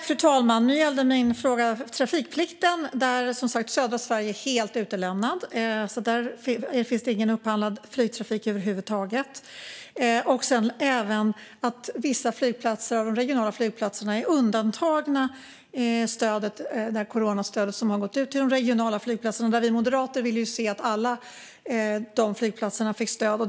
Fru talman! Nu gällde min fråga trafikplikten. Södra Sverige är som sagt helt utelämnat. Där finns det ingen upphandlad flygtrafik över huvud taget. Vissa av de regionala flygplatserna är undantagna från det coronastöd som har gått ut till de regionala flygplatserna. Vi moderater vill se att alla de flygplatserna får stöd.